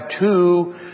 two